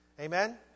Amen